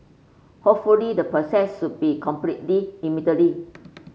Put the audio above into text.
hopefully the process should be completed immediately